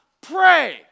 pray